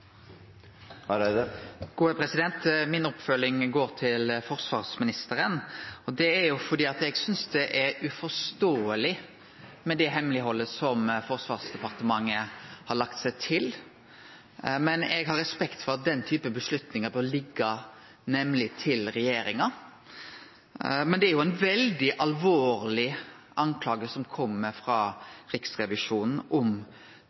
går til forsvarsministeren. Det er fordi eg synest det er uforståeleg, det hemmeleghaldet Forsvarsdepartementet har lagt seg til, men eg har respekt for at den typen avgjerder bør liggje til regjeringa. Men det er ei veldig alvorleg skulding som kjem frå Riksrevisjonen om